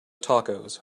tacos